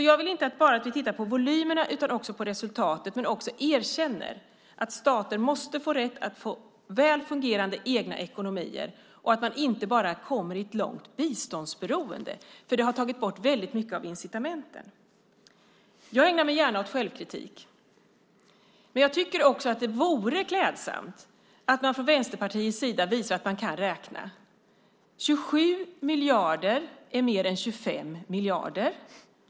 Jag vill inte att vi bara tittar på volymerna utan också på resultatet och också erkänner att stater måste få rätt att få väl fungerande egna ekonomier så att de inte bara kommer in i ett långt biståndsberoende. Det har tagit bort väldigt mycket av incitamenten. Jag ägnar mig gärna åt självkritik. Men jag tycker också att det vore klädsamt om man från Vänsterpartiets sida visar att man kan räkna. 27 miljarder är mer än 25 miljarder.